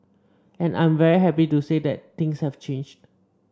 and I'm very happy to say that things have changed